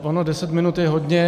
Ono deset minut je hodně.